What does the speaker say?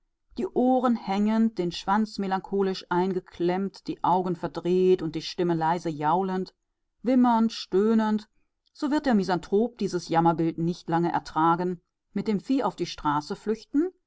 die ohren hängend den schwanz melancholisch eingeklemmt die augen verdreht und die stimme leise jaulend wimmernd stöhnend so wird der misanthrop dieses jammerbild nicht lange ertragen mit dem vieh auf die straße